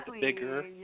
bigger